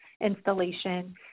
installation